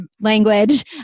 language